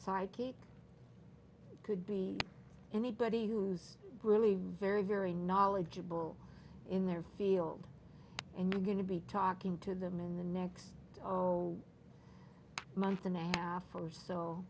psychic could be anybody who's really very very knowledgeable in their field and we're going to be talking to them in the next oh month and a half or so